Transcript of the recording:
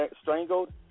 strangled